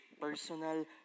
personal